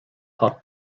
hot